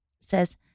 says